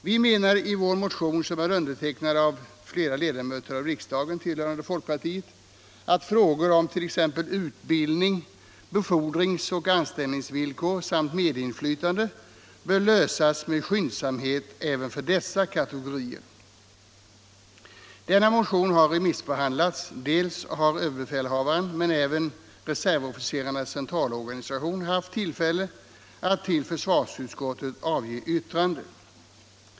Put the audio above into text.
Vi menar i vår motion, som är undertecknad av flera ledamöter av riksdagen tillhörande folkpartiet, att frågor om t.ex. utbildning, befordringsoch anställningsvillkor samt medinflytande bör lösas med skyndsamhet även för dessa kategorier. Denna motion har remissbehandlats — både ÖB och Reservofficerarnas centralorganisation har haft tillfälle att till försvarsutskottet avge yttranden.